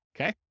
okay